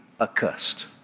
accursed